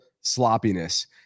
sloppiness